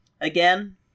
Again